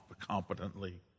competently